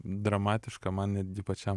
dramatiška man netgi pačiam